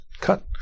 cut